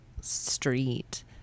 street